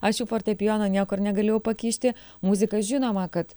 aš jau fortepijono niekur negalėjau pakišti muzika žinoma kad